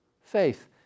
faith